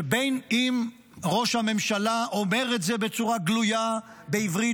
שבין שראש הממשלה אומר את זה בצורה גלויה בעברית,